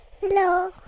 hello